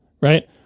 Right